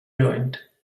joint